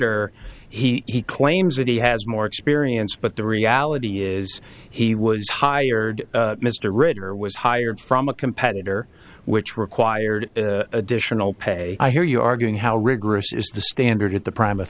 er he claims that he has more experience but the reality is he was hired mr ritter was hired from a competitor which required additional pay i hear you're arguing how rigorous is the standard at the prime